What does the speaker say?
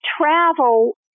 travel